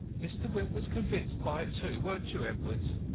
mr. wimp was convinced by it too, weren't you, edward?